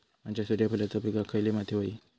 माझ्या सूर्यफुलाच्या पिकाक खयली माती व्हयी?